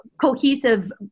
cohesive